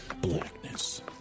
Blackness